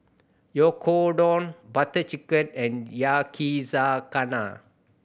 Oyakodon Butter Chicken and Yakizakana